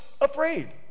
afraid